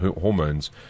hormones